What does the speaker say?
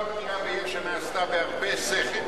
הבנייה ביש"ע נעשתה בהרבה שכל.